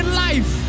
life